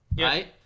Right